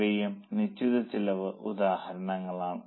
ഇവയും നിശ്ചിത ചെലവിന് ഉദാഹരണങ്ങളാണ്